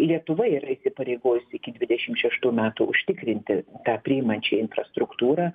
lietuva yra įsipareigojusi iki dvidešim šeštų metų užtikrinti tą priimančią infrastruktūrą